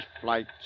Flight